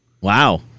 Wow